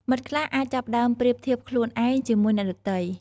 មិត្តខ្លះអាចចាប់ផ្ដើមប្រៀបធៀបខ្លួនឯងជាមួយអ្នកដទៃ។